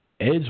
Edge